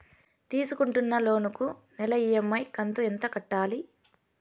తీసుకుంటున్న లోను కు నెల ఇ.ఎం.ఐ కంతు ఎంత కట్టాలి?